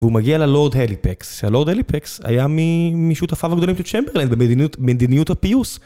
והוא מגיע ללורד הליפקס, שהלורד הליפקס היה משותפיו הגדולים של צ'מברליין במדיניות הפיוס